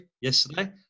yesterday